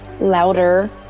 louder